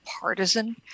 partisan